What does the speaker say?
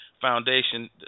Foundation